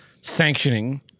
Sanctioning